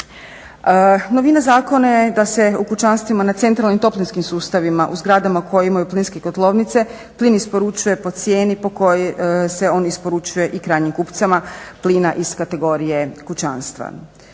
Novina zakona je da se u kućanstvima na centralnim toplinskim sustavima u zgradama koje imaju plinske kotlovnice plin isporučuje po cijeni po kojoj se on isporučuje i krajnjim kupcima plina iz kategorije kućanstva.